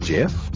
Jeff